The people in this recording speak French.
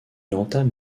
entame